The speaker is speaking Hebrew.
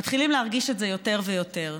מתחילים להרגיש את זה יותר ויותר.